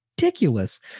ridiculous